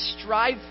strive